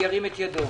ירים את ידו.